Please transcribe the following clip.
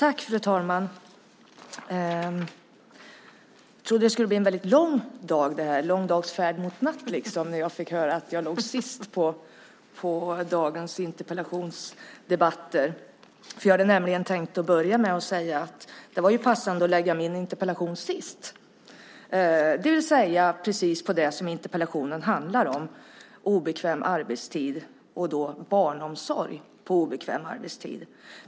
Fru talman! Jag trodde att det skulle bli en väldigt lång dag det här, lång dags färd mot natt liksom, när jag fick höra att jag låg sist i dagens interpellationsdebatter. Jag hade nämligen tänkt att börja med att säga att det var passande att lägga min interpellation sist, det vill säga det är precis det som interpellationen handlar om, obekväm arbetstid, och då barnomsorg på obekväm arbetstid.